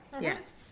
Yes